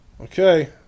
Okay